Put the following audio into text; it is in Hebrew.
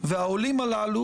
והעולים הללו,